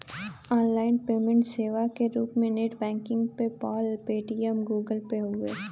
online payment सेवा क रूप में net banking PayPal, Paytm, Google Pay हउवे